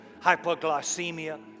hypoglycemia